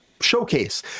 showcase